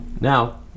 Now